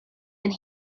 and